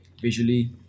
visually